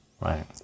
Right